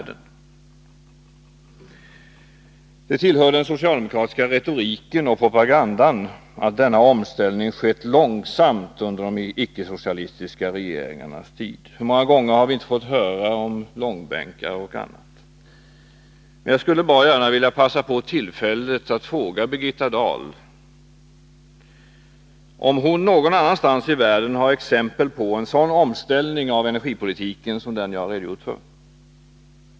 Det tillhör den socialdemokratiska retoriken och propagandan att denna omställning skett långsamt under de icke-socialistiska regeringarnas tid. Hur många gånger har vi inte fått höra om långbänkar och annat? Jag skulle bra gärna vilja passa på tillfället att fråga Birgitta Dahl, om hon någon annanstans i världen kan finna exempel på en sådan omställning av energipolitiken som den jag har redogjort för.